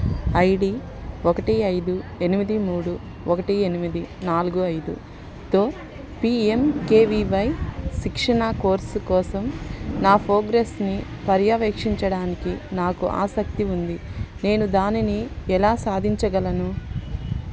ID ఒకటి ఐదు ఎనిమిది మూడు ఒకటి ఎనిమిది నాలుగు ఐదు తో P M K V Y శిక్షణా కోర్సు కోసం నా ప్రోగ్రెస్ని పర్యవేక్షించడానికి నాకు ఆసక్తి ఉంది నేను దానిని ఎలా సాధించగలను